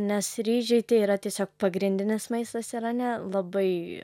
nes ryžiai tai yra tiesiog pagrindinis maistas irane labai